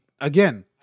Again